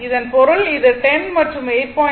இதன் பொருள் இது 10 மற்றும் இது 8